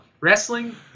Wrestling